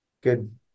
good